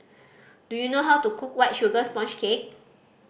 do you know how to cook White Sugar Sponge Cake